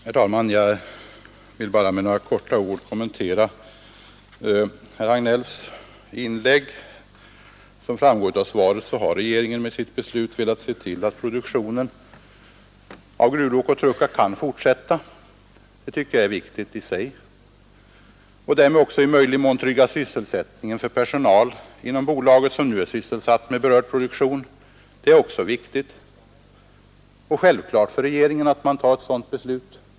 Herr talman! Jag vill bara helt kort kommentera herr Hagnells inlägg. Som framgår av svaret har regeringen med sitt beslut velat se till att produktionen av gruvlok och truckar kan fortsätta — det tycker jag är viktigt i sig — och därmed också i möjligaste mån trygga sysselsättningen för personal inom bolaget som nu är sysselsatt med berörd produktion. Det är också viktigt och självklart för regeringen att ta ett sådant beslut.